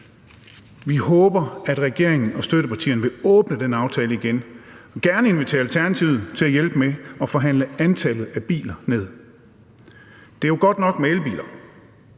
Vi håber, at regeringen og støttepartierne vil åbne den aftale igen og gerne invitere Alternativet til at hjælpe med at forhandle antallet af biler ned. Det er jo godt nok med elbiler,